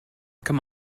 come